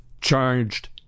charged